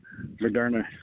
Moderna